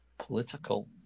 political